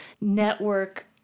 network